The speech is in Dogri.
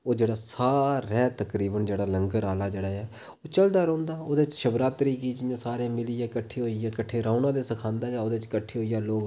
ओह् सारे तकरीब जेह्ड़ा लंगर आह्ला जेह्ड़ा ऐ चलदा रौंह्दा ओह्दे च शिवरात्री गी जि'यां सारे मिलियै कट्ठे होइयै कट्ठे रौंह्ना ते सखांदा ऐ ओह्दे च कट्ठे होइयै लोक